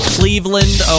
Cleveland